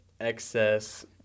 excess